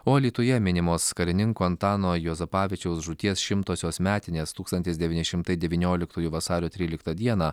o alytuje minimos karininko antano juozapavičiaus žūties šimtosios metinės tūkstantis devyni šimtai devynioliktųjų vasario tryliktą dieną